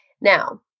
Now